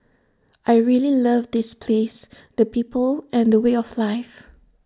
I really love this place the people and the way of life